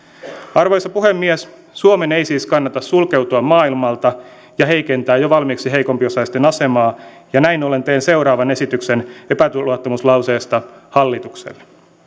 arvoisa puhemies suomen ei siis kannata sulkeutua maailmalta ja heikentää jo valmiiksi heikompiosaisten asemaa ja näin ollen teen seuraavan esityksen epäluottamuslauseesta hallitukselle